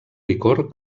licor